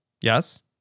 yes